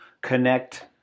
connect